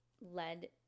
led